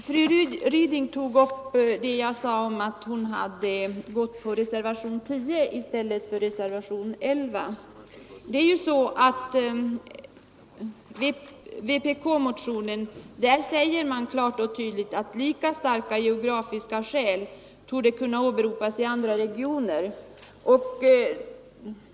Herr talman! Fru Ryding tog upp vad jag sade om att hon gått på reservationen 10 i stället för reservationen 11. I vpk-motionen säger man klart och tydligt att lika starka geografiska skäl torde kunna åberopas i andra regioner.